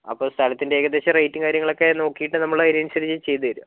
അപ്പോൾ സ്ഥലത്തിൻ്റെ ഏകദേശം റേറ്റും കാര്യങ്ങളും ഒക്കെ നോക്കീട്ട് നമ്മൾ അതിന് അനുസരിച്ച് ചെയ്ത് തരും